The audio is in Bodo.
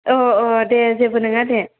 औ औ दे जेबो नङा दे